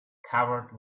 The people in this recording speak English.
covered